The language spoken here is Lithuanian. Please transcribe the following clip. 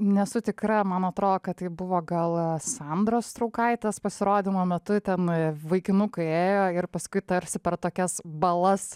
nesu tikra man atro kad tai buvo gal sandros straukaitės pasirodymo metu ten vaikinukai ėjo ir paskui tarsi per tokias balas